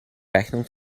rechnung